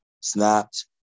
snapped